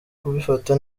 kubifata